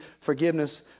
forgiveness